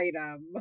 item